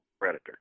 predator